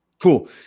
Cool